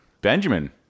Benjamin